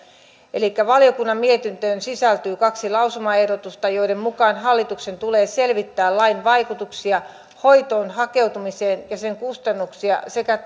eli valiokunnan mietintöön sisältyy kaksi lausumaehdotusta joiden mukaan hallituksen tulee selvittää lain vaikutuksia hoitoon hakeutumiseen ja sen kustannuksia sekä